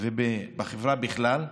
ובחברה בכלל,